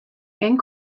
and